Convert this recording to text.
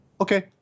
Okay